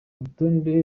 urutonde